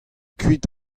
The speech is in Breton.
kuit